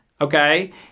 okay